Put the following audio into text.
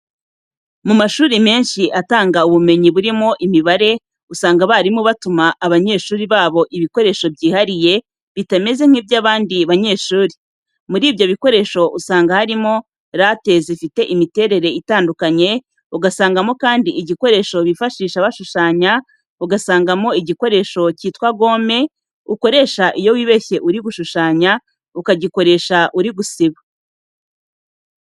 Mu mashuri menshi atanga ubumenyi burimo imibare, usanga abarimu batuma abanyeshuri babo ibikoresho byihariye bitameze nk'iby'abandi banyeshuri. Muri ibyo bikoresho usanga harimo rate zifite imiterere itandukanye, usangamo kandi igikoresho bifashisha bashushanya, ugasangamo igikoresho cyitwa gome, ukoresha iyo wibeshye uri gushushanya, ukagikoresha uri gusiba.